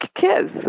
kids